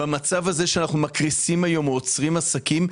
במצב הזה שאנחנו מקריסים היום או עוצרים עסקים,